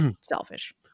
selfish